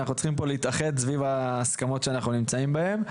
אנחנו צריכים להתאחד סביב ההסכמות שאנחנו נמצאים בהן.